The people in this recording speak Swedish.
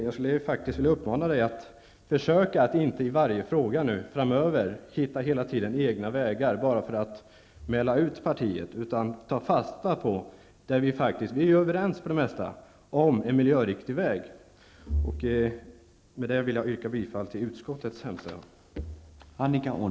Jag skulle faktiskt vilja uppmana Annika Åhnberg att försöka att inte i varje fråga framöver hitta egna vägar bara för att mäla ut partiet utan att i stället ta fasta på det som vi är överens om, vilket är det mesta i fråga om en miljöriktig väg. Med det anförda vill jag yrka bifall till utskottets hemställan.